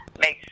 makes